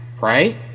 right